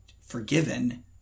forgiven